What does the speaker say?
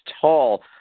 tall